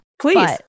Please